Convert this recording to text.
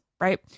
right